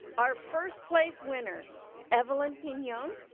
our first place winner evelyn pinon,